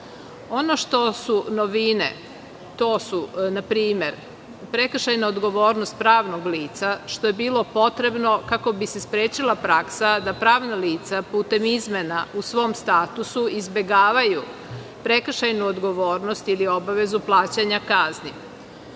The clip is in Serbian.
što su novine, to su npr. prekršajna odgovornost pravnog lica, što je bilo potrebno kako bi se sprečila praksa da pravna lica putem izmena u svom statusu izbegavaju prekršajnu odgovornost ili obavezu plaćanja kazni. Zatim